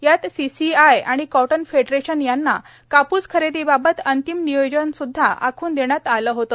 यात सीसीआय आणि cotton federation यांना काप्स खरेदीबाबत अंतिम नियोजनसुध्दा आखून देण्यात आले होते